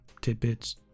tidbits